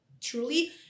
Truly